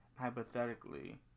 hypothetically